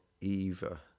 Eva